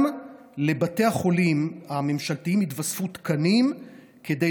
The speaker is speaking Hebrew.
גם לבתי החולים הממשלתיים יתווספו תקנים כדי